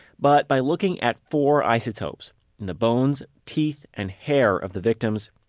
but by looking at four isotopes in the bones, teeth, and hair of the victims,